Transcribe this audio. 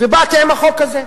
ובאתי עם החוק הזה.